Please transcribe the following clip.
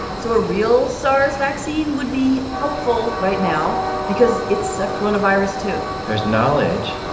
so a real sars vaccine would be helpful right now because it's a coronavirus, too there's knowledge.